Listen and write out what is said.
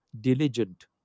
diligent